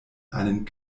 einen